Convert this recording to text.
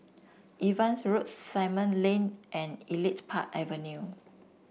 Evans Road Simon Lane and Elite Park Avenue